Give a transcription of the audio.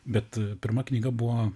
bet pirma knyga buvo